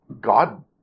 God